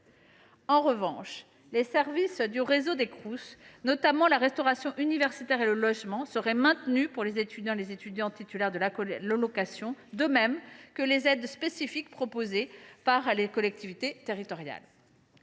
En revanche, les services des Crous, notamment la restauration universitaire et le logement, seraient maintenus pour les étudiants titulaires de l’allocation, de même que les aides spécifiques proposées par les collectivités territoriales.